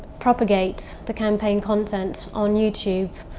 propagate the campaign content. on youtube,